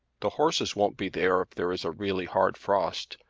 the horses won't be there if there is a really hard frost.